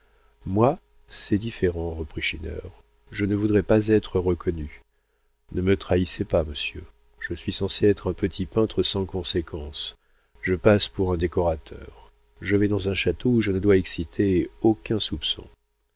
moi c'est différent reprit schinner je ne voudrais pas être reconnu ne me trahissez pas monsieur je suis censé être un petit peintre sans conséquence je passe pour un décorateur je vais dans un château où je ne dois exciter aucun soupçon